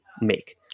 make